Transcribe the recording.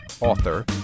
author